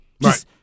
Right